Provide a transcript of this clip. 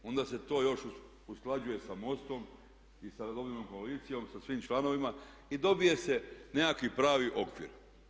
Onda se to još usklađuje sa MOST-om i sa Domoljubnom koalicijom sa svim članovima i dobije se nekakvi pravi okvir.